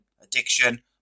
addiction